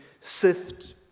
sift